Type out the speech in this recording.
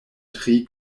tri